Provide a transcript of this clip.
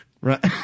Right